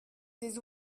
des